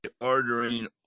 ordering